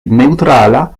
neŭtrala